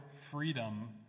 freedom